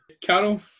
Carol